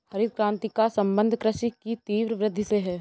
हरित क्रान्ति का सम्बन्ध कृषि की तीव्र वृद्धि से है